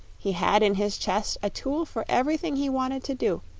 he had in his chest a tool for everything he wanted to do,